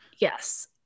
Yes